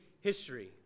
history